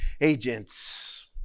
agents